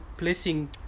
placing